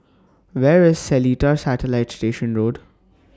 Where IS Seletar Satellite Station Road